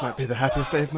be the happiest day